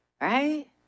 right